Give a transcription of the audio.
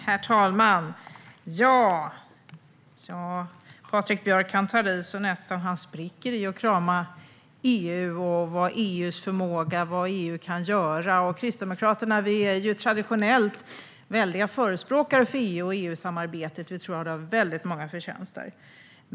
Herr talman! Patrik Björck tar i så att han nästan spricker när det gäller att krama EU - vad EU har för förmåga och vad EU kan göra. Vi i Kristdemokraterna är traditionellt stora förespråkare för EU och EU-samarbetet. Vi tror att det har många förtjänster.